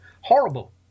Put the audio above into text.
horrible